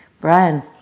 Brian